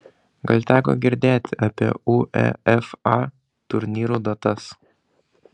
gal teko girdėti apie uefa turnyrų datas